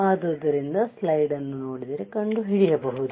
ಆದ್ದರಿಂದ ಸ್ಲೈಡ್ ಅನ್ನು ನೋಡಿದರೆ ಕಂಡುಹಿಡಿಯಬಹುದು